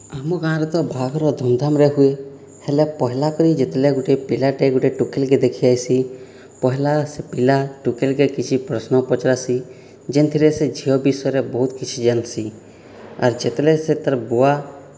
ଆମ ଗାଁରେ ତ ବାହାଘର ଧୁମଧାମରେ ହୁଏ ହେଲେ ପହିଲା କରି ଯେତେବେଲେ ଗୋଟେ ପିଲାଟେ ଗୋଟେ ଟୁକେଲ୍ କେ ଦେଖି ଆଇସି ପହିଲା ସେ ପିଲା ଟୁକେଲ୍ କେ କିଛି ପ୍ରଶ୍ନ ପଚ୍ରାସି ଯେନ୍ଥିରେ ସେ ଝିଅ ବିଷୟରେ ବହୁତ୍ କିଛି ଜାନ୍ସି ଆର୍ ଯେତେବେଲେ ସେ ତାର୍ ବୁଆ